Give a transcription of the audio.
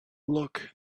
look